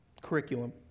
curriculum